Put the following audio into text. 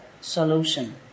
solution